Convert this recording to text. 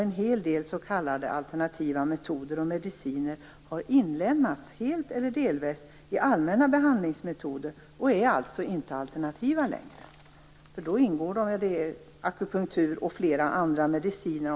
En hel del s.k. alternativa metoder och mediciner har nu, helt eller delvis, inlemmats i de allmänna behandlingsmetoderna och är alltså inte alternativa längre. Det gäller akupunktur och också flera andra mediciner.